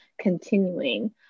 continuing